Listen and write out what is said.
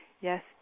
Yes